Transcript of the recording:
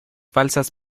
falsas